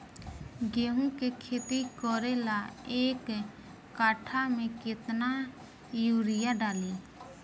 गेहूं के खेती करे ला एक काठा में केतना युरीयाँ डाली?